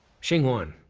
xinguang,